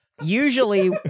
Usually